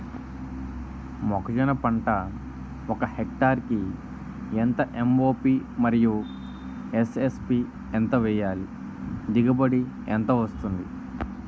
మొక్కజొన్న పంట ఒక హెక్టార్ కి ఎంత ఎం.ఓ.పి మరియు ఎస్.ఎస్.పి ఎంత వేయాలి? దిగుబడి ఎంత వస్తుంది?